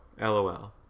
LOL